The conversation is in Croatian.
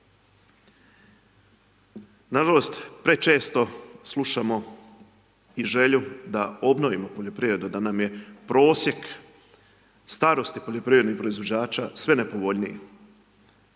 Nažalost, prečesto slušamo i želju da obnovimo poljoprivredu, da nam je prosjek starosti poljoprivrednih proizvođača sve nepovoljniji.